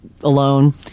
alone